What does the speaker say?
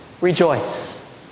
rejoice